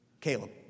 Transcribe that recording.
Caleb